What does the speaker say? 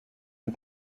une